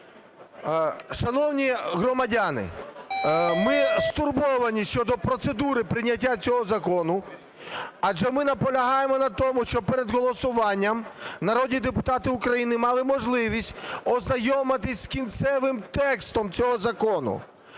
Шановні громадяни, ми стурбовані щодо процедури прийняття цього закону, адже ми наполягаємо на тому, щоби перед голосуванням народні депутати України мали можливість ознайомитись з кінцевим текстом цього закону.